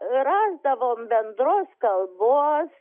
rasdavom bendros kalbos